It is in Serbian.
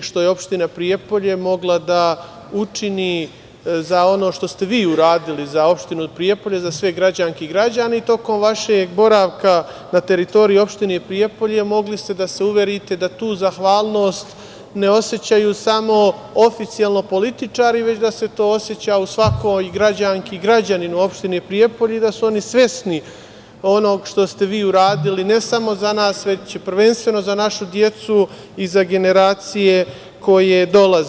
što je opština Prijepolje mogla da učini za ono što ste vi uradili za opštinu Prijepolje, za sve građanke i građane i tokom vašeg boravka na teritoriji opštine Prijepolje mogli ste da se uverite da tu zahvalnost ne osećaju samo oficijalno političari, već da se to oseća u svakoj građanki i građaninu opštine Prijepolje i da su oni svesni onoga što ste vi uradili, ne samo za nas, već prvenstveno za našu decu i za generacije koje dolaze.